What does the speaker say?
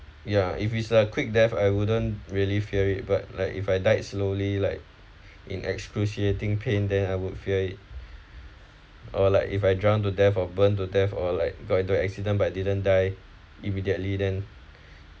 ya if it's a quick death I wouldn't really fear it but like if I died slowly like in excruciating pain then I would feel it or like if I drown to death of burn to death or like got into accident but didn't die immediately then